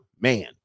man